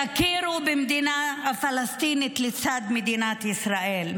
תכירו במדינה הפלסטינית לצד מדינת ישראל.